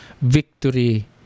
victory